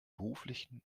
beruflichen